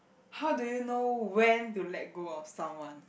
how do you know when to let go of someone